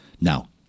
Now